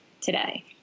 today